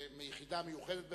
מיחידה מיוחדת בחיל-הים,